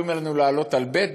אומרים לנו לעלות על ב',